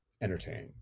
entertain